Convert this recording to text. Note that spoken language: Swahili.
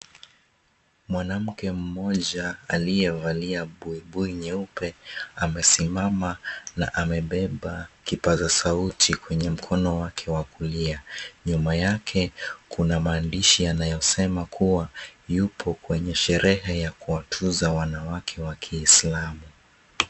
Mwanamke mmoja aliyevalia buibui nyeupe, amesimama na amebeba kipaza sauti kwenye mkono wake wa kulia. Nyuma yake kuna maandishi yanayosema kuwa yupo kwenye sherehe ya kuwatuza wanawake wa kiislamu.